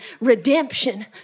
Redemption